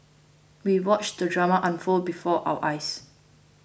we watched the drama unfold before our eyes